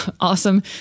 awesome